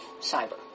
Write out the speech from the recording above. cyber